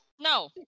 No